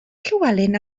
llywelyn